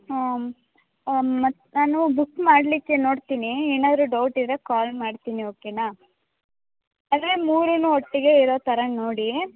ಹಾಂ ಮತ್ತು ನಾನು ಬುಕ್ ಮಾಡಲಿಕ್ಕೆ ನೋಡ್ತೀನಿ ಏನಾದರೂ ಡೌಟ್ ಇದ್ದರೆ ಕಾಲ್ ಮಾಡ್ತೀನಿ ಓಕೆನಾ ಆದರೆ ಮೂರೂ ಒಟ್ಟಿಗೆ ಇರೋ ಥರ ನೋಡಿ